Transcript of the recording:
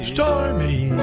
Stormy